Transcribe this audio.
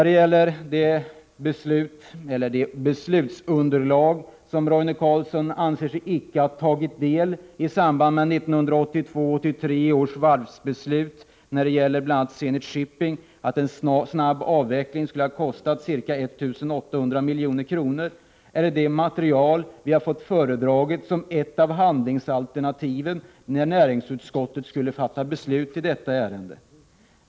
Det beslutsunderlag som Roine Carlsson anser sig icke ha tagit del av i samband med 1982 och 1983 års varvsbeslut — bl.a. i fråga om att en snabbavveckling av Zenit Shipping skulle ha kostat ca 1 800 milj.kr. — är det material som vi har fått föredraget som ett av handlingsalternativen när näringsutskottet skulle fatta beslut i detta ärende.